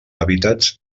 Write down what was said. hàbitats